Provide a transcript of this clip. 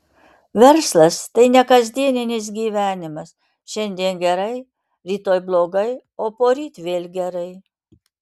verslas tai ne kasdieninis gyvenimas šiandien gerai rytoj blogai o poryt vėl gerai